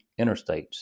interstates